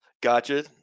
gotcha